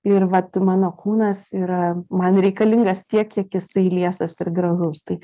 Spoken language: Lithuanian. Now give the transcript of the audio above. ir vat mano kūnas yra man reikalingas tiek kiek jisai liesas ir gražaus tai